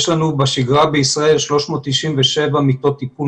יש לנו בשגרה בישראל 397 מיטות טיפול